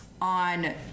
on